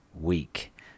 week